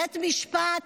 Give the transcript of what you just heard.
בית משפט,